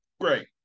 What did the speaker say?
Great